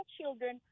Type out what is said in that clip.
children